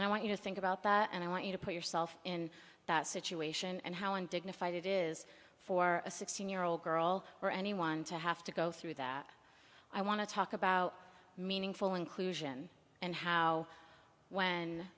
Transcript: i want you to think about that and i want you to put yourself in that situation and how undignified it is for a sixteen year old girl or anyone to have to go through that i want to talk about meaningful inclusion and how when